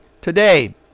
today